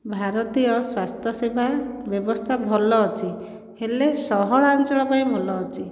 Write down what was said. ଭାରତୀୟ ସ୍ୱାସ୍ଥ୍ୟସେବା ବ୍ୟବସ୍ଥା ଭଲ ଅଛି ହେଲେ ସହରାଞ୍ଚଳ ପାଇଁ ଭଲ ଅଛି